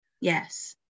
yes